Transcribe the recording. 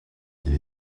qu’il